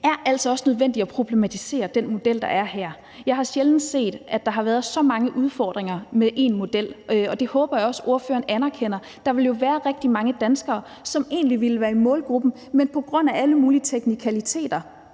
er altså også nødvendigt at problematisere den model, der er her. Jeg har sjældent set så mange udfordringer med en model, og det håber jeg også at ordføreren anerkender. Der vil jo være rigtig mange danskere, som egentlig ville være i målgruppen, men på grund af alle mulige teknikaliteter